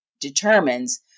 determines